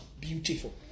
beautiful